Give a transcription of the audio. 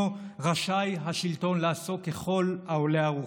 רשאי השלטון לעשות ככל העולה על רוחו.